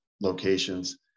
locations